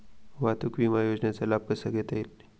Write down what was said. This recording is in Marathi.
वाहतूक विमा योजनेचा लाभ कसा घेता येईल?